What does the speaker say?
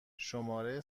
شماره